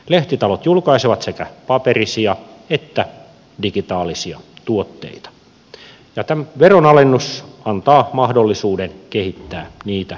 lehtitalot julkaisevat sekä paperisia että digitaalisia tuotteita ja veronalennus antaa mahdollisuuden kehittää niitä kaikkia